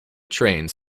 trains